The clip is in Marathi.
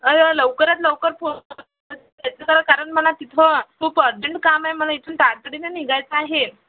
अरे लवकरात लवकर पोहोचा कारण मला तिथं मला खूप अर्जंट काम आहे मला इथून तातडीनं निघायचं आहे